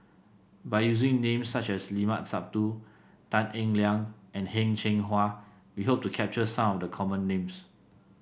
by using names such as Limat Sabtu Tan Eng Liang and Heng Cheng Hwa we hope to capture some the common names